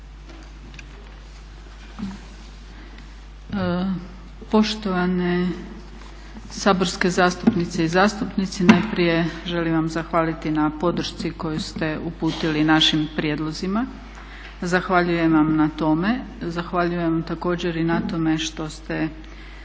Poštovane saborske zastupnice i zastupnici. Najprije želim vam zahvaliti na podršci koju ste uputili našim prijedlozima, zahvaljujem vam na tome. zahvaljujem također i na tome što ste